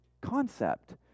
concept